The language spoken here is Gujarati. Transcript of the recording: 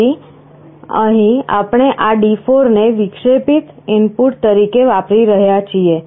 તેથી અહીં આપણે આ D4 ને વિક્ષેપિત ઇનપુટ તરીકે વાપરી રહ્યા છીએ